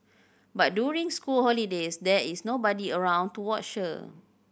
but during school holidays there is nobody around to watch her